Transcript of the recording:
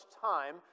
time